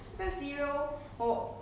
有 lah